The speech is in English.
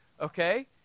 Okay